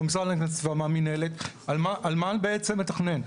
על מה בעצם הוא מתכנן.